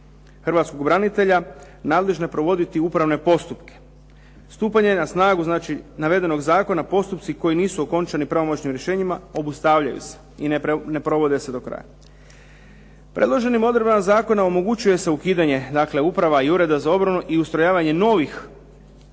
hrvatskog branitelja nadležne provoditi upravne postupke. Stupanjem na snagu znači navedenog zakona postupci koji nisu okončani pravomoćnim rješenjima obustavljaju se i ne provode se do kraja. Predloženim odredbama zakona omogućuje se ukidanje dakle uprava i ureda za obranu i ustrojavanje novih